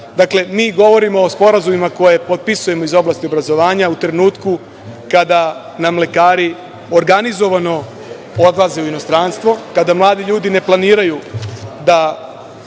mi govorimo o sporazumima koje potpisujemo iz oblasti obrazovanja, u trenutku kada nam lekari organizovano odlaze u inostranstvo, kada mladi ljudi ne planiraju da